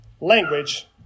language